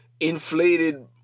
inflated